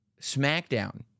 SmackDown